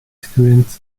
students